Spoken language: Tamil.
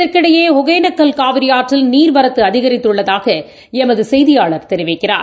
இதற்கிடையே ஒகேளக்கல் காவிரிஆற்றில் நீர்வரத்துஅதிகரித்துள்ளதாகஎமதுசெய்தியாளர் தெரிவிக்கிறார்